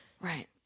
Right